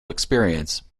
experience